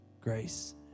Grace